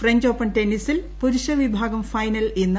French Open ടെന്നീസിൽ പുരുഷ വിഭാഗം ഫൈനൽ ഇന്ന്